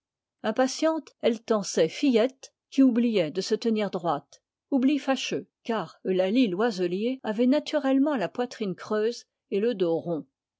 impatiente elle tançait fillette qui oubliait de se tenir droite oubli fâcheux car eulalie loiselier avait naturellement la poitrine creuse et le dos rond